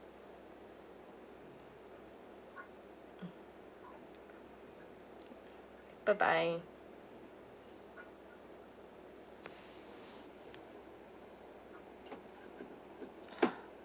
mm bye bye